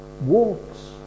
walks